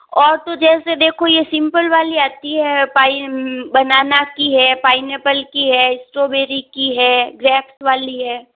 और तो जैसे देखो ये सिंपल वाली अच्छी है पाइन बनाना की है पाइनऐप्पल की है स्ट्रॉबेरी की है ग्रेप्स वाली है